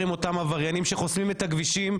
אי-אפשר עם אותם עבריינים שחוסמים את הכבישים.